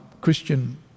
Christian